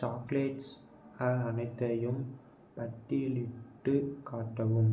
chocolates அனைத்தையும் பட்டியலிட்டுக் காட்டவும்